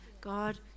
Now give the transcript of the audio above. God